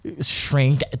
shrink